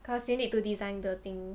because you need to design the thing